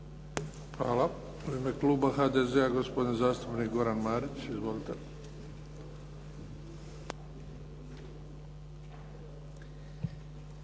Hvala. U ime kluba HDZ-a, gospodin zastupnik Goran Marić. Izvolite.